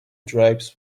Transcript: drapes